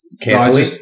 carefully